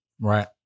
Right